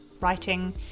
writing